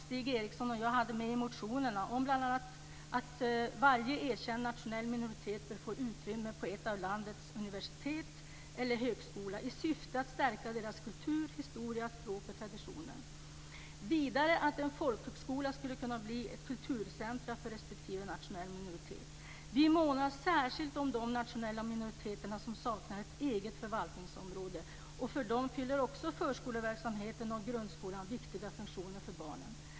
Stig Eriksson och jag har framfört en rad förslag i vår motion, bl.a. att varje erkänd nationell minoritet bör få utrymme på ett av universiteten eller en av högskolorna i landet i syfte att stärka denna minoritets kultur, historia, språk och traditioner. Vi har vidare föreslagit att en folkhögskola skulle kunna bli kulturcentrum för respektive nationell minoritet. Vi månar särskilt om de nationella minoriteter som saknar ett eget förvaltningsområde, och för dem fyller förskoleverksamheten och grundskolan viktiga funktioner för barnen.